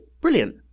Brilliant